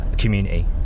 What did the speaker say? community